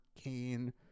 Kane